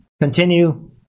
continue